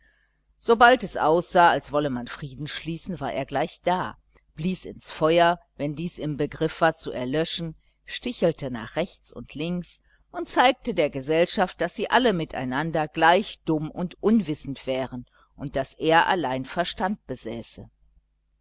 sobald es aussah als wolle man frieden schließen war er gleich da blies ins feuer wenn dies im begriff war zu erlöschen stichelte nach rechts und links und zeigte der gesellschaft daß sie alle miteinander gleich dumm und unwissend wären und daß er allein verstand besäße